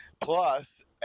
plus –